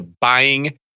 buying